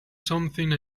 something